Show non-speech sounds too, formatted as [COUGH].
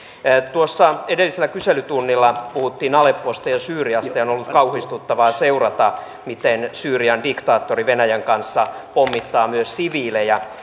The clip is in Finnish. tuossa edellisellä kyselytunnilla puhuttiin alepposta ja syyriasta ja on ollut kauhistuttavaa seurata miten syyrian diktaattori venäjän kanssa pommittaa myös siviilejä [UNINTELLIGIBLE]